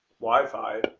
Wi-Fi